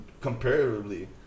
comparatively